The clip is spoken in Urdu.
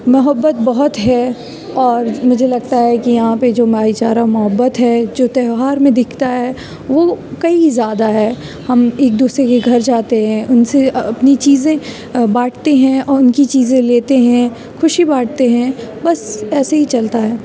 محبت بہت ہے اور مجھے لگتا ہے کہ یہاں پہ جو بھائی چارہ محبت ہے جو تیوہار میں دکھتا ہے وہ کئی زیادہ ہے ہم ایک دوسرے کے گھر جاتے ہیں ان سے اپنی چیزیں بانٹتے ہیں اور ان کی چیزیں لیتے ہیں خوشی بانٹتے ہیں بس ایسے ہی چلتا ہے